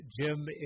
Jim